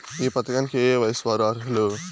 ఈ పథకానికి ఏయే వయస్సు వారు అర్హులు?